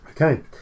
Okay